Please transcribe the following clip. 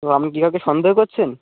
ও আমনি কি কাউকে সন্দেহ করছেন